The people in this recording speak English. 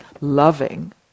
loving